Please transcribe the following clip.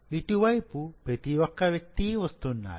ఇటువైపు ప్రతి ఒక్క వ్యక్తి వస్తున్నారు